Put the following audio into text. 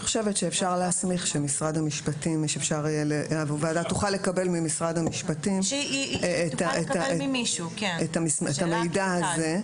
אני חושבת שאפשר להסמיך שהוועדה תוכל לקבל ממשרד המשפטים את המידע הזה,